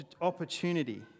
opportunity